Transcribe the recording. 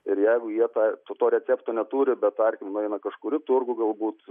ir jeigu jie tą to recepto neturiu bet tarkim nueina kažkur į turgų galbūt